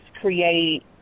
create